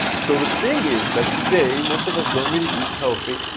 so the thing is that today most of us don't really eat healthy.